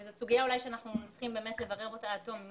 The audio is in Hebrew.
אנחנו צריכים לברר עד תום את הסוגיה האם